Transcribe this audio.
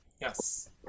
Yes